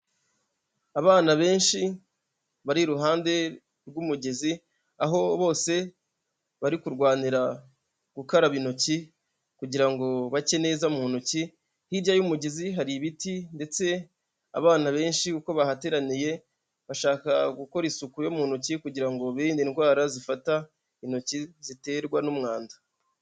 Abana benshi bari iruhande rw'umugezi, aho bose bari kurwanira gukaraba intoki kugira ngo bacye neza mu ntoki, hirya y'umugezi hari ibiti ndetse abana benshi uko bahateraniye, bashaka gukora isuku yo mu ntoki kugira ngo birinde indwara zifata intoki ziterwa n'umwanda.